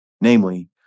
namely